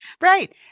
Right